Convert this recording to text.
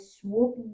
swoop